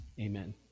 Amen